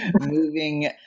moving